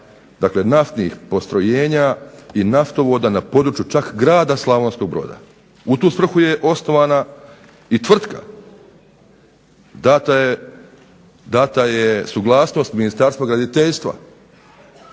dakle naftnih postrojenja i naftovoda na području čak grada Slavonskog Broda. U tu svrhu je osnovana i tvrtka, data je suglasnost Ministarstva graditeljstva